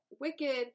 wicked